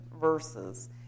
verses